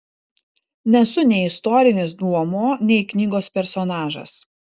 nesu nei istorinis duomuo nei knygos personažas